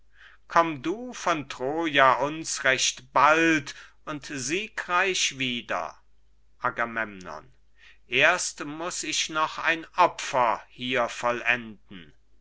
komm du von troja uns recht bald und siegreich wieder agamemnon erst muß ich noch ein opfer hier vollenden